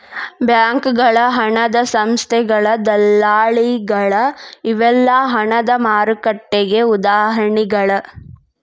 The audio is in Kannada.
ಬ್ಯಾಂಕಗಳ ಹಣದ ಸಂಸ್ಥೆಗಳ ದಲ್ಲಾಳಿಗಳ ಇವೆಲ್ಲಾ ಹಣದ ಮಾರುಕಟ್ಟೆಗೆ ಉದಾಹರಣಿಗಳ